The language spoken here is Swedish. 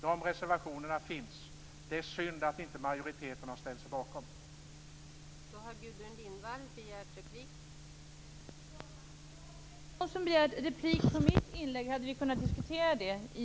De reservationerna finns. Det är synd att majoriteten inte har ställt sig bakom dem.